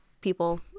people